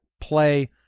play